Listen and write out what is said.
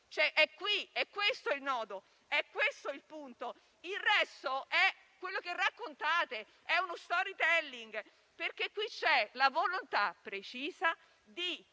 Zan. È questo il nodo, è questo il punto; il resto è quello che raccontate, è uno *storytelling*, perché qui c'è la volontà precisa di